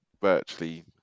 virtually